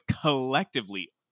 collectively